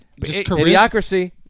Idiocracy